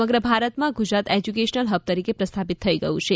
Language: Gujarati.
સમગ્ર ભારતમાં ગુજરાત એશ્યુકેશનલ હબ તરીકે પ્રસ્થાપિત થઈ ગયું છે